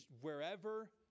wherever